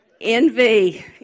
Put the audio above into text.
Envy